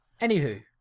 anywho